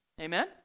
Amen